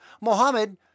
Mohammed